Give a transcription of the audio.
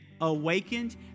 awakened